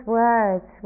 words